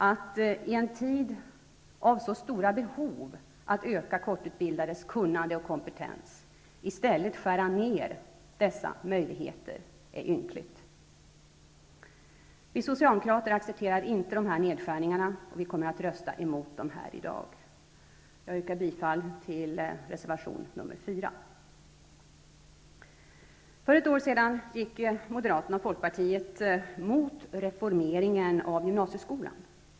Att i en tid med så stora behov av att öka de kortutbildades kunnande och kompetens i stället skära ned dessa möjligheter är ynkligt. Vi socialdemokrater accepterar inte dessa nedskärningar och kommer att rösta emot dem här i dag. Jag yrkar bifall till reservation 4. För ett år sedan gick Moderaterna och Folkpartiet mot reformeringen av gymnasieskolan.